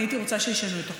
אני הייתי רוצה שישנו את החוק.